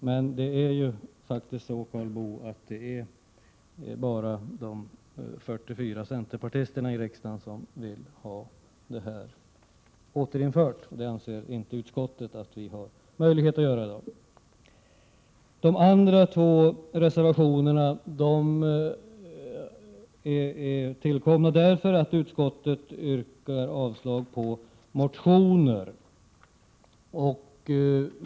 Men det är, Karl Boo, faktiskt bara de 44 centerpartisterna i riksdagen som vill ha detta bidrag återinfört. Utskottet anser inte att vi har möjlighet att gå med på det. De andra två reservationerna har tillkommit på grund av att utskottet yrkar avslag på motioner.